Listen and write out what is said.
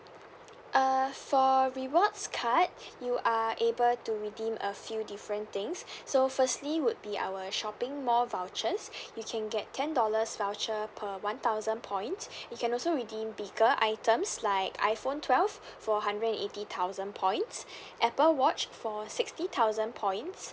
uh for rewards card you are able to redeem a few different things so firstly would be our shopping mall vouchers you can get ten dollars voucher per one thousand points you can also redeem bigger items like iphone twelve for hundred and eighty thousand points apple watch for sixty thousand points